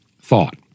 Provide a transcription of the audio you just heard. thought